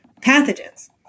pathogens